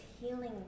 healing